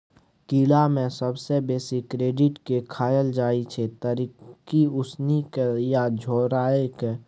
कीड़ा मे सबसँ बेसी क्रिकेट केँ खाएल जाइ छै तरिकेँ, उसनि केँ या झोराए कय